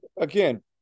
again